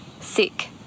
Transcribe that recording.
sick